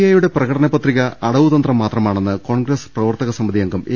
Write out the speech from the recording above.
എയുടെ പ്രകടനപത്രിക അടവുതന്ത്രം മാത്രമാണെന്ന് കോൺഗ്രസ് പ്രവർത്തക സമിതി അംഗം എ